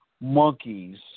monkeys